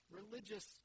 religious